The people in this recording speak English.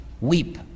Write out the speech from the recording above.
weep